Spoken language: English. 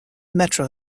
metro